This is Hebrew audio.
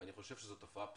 אני חושב שזו תופעה פסולה.